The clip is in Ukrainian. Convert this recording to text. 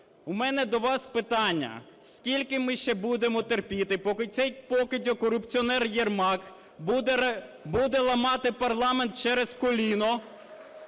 У мене до вас питання. Скільки ми ще будемо терпіти, поки цей покидьок, корупціонер Єрмак буде ламати парламент через коліно